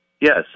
Yes